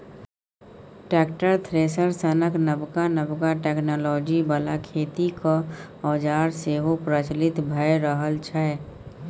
tractor, thresher सनक नबका नबका टेक्नोलॉजी बला खेतीक औजार सेहो प्रचलित भए रहल छै